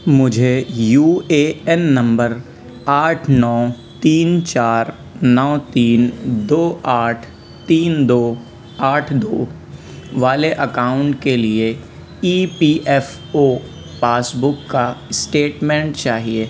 مجھے U A N نمبر آٹھ نو تین چار نو تین دو آٹھ تین دو آٹھ دو والے اکاؤنٹ کے لیے E P F O passbook کا اسٹیٹمنٹ چاہیے